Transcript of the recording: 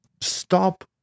stop